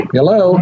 Hello